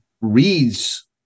reads